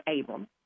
Abram